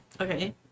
Okay